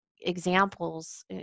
examples